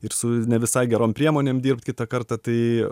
ir su nevisai gerom priemonėm dirbt kitą kartą tai